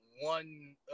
one